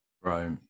Right